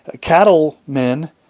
Cattlemen